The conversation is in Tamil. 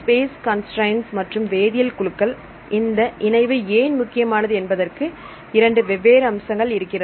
ஸ்பேஸ் கன்ஸ்றைன்ட்ஸ் மற்றும் வேதியல் குழுக்கள் இந்த இணைவு ஏன் முக்கியமானது என்பதற்கு இரண்டு வெவ்வேறு அம்சங்கள் இருக்கிறது